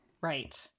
Right